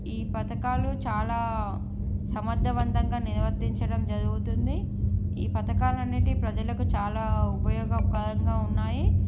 ఈ పథకాలు చాలా సమర్థవంతంగా నిర్వర్తించడం జరుగుతుంది ఈ పథకాలు అన్నిటి ప్రజలకు చాలా ఉపయోగపరంగా ఉన్నాయి